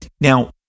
Now